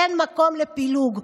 אין מקום לפילוג.